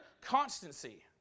constancy